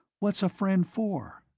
what's a friend for?